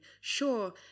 Sure